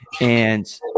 And-